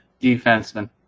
defenseman